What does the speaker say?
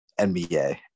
nba